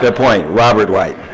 point. robert white.